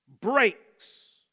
breaks